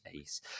ace